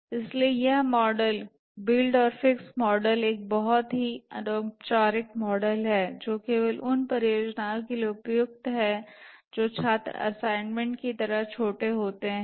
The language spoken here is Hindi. इसलिए यह मॉडल बिल्ड और फिक्स मॉडल एक बहुत ही अनौपचारिक मॉडल है जो केवल उन परियोजनाओं के लिए उपयुक्त है जो छात्र असाइनमेंट की तरह छोटे है